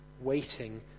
waiting